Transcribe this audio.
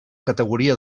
categoria